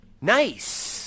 Nice